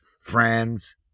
friends